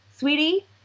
Sweetie